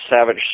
Savage